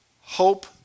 hope